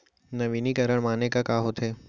नवीनीकरण माने का होथे?